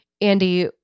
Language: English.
Andy